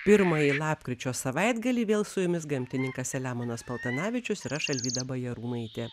pirmąjį lapkričio savaitgalį vėl su jumis gamtininkas selemonas paltanavičius ir aš alvyda bajarūnaitė